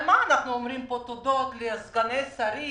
על מה אנחנו אומרים פה תודות לסגני שרים,